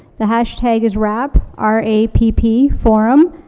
the hashtag is rapp, r a p p, forum